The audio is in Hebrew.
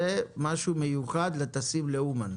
זה משהו מיוחד לטסים לאומן.